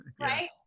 right